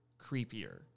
creepier